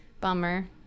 Bummer